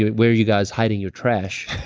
where are you guys hiding your trash?